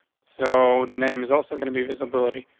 so the name is also gonna be visibility,